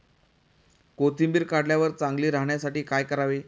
कोथिंबीर काढल्यावर चांगली राहण्यासाठी काय करावे?